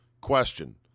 Question